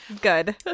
Good